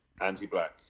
anti-black